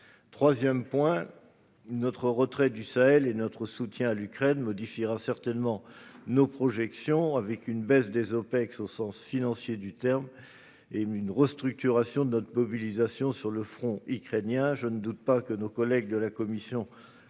Troisièmement, notre retrait du Sahel et notre soutien à l'Ukraine modifieront certainement nos projections, avec une baisse des Opex au sens financier du terme et une structuration de notre mobilisation sur le front ukrainien.